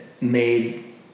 made